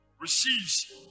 receives